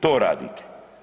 To radite.